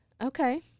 Okay